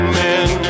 men